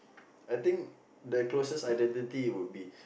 I think the closest identity would be